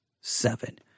seven